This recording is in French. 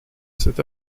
cet